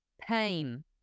pain